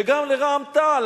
וגם לרע"ם-תע"ל,